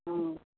ह्म्म